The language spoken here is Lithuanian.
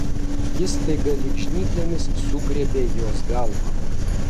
jis staiga lyg žnyplėmis sugriebė jos galvą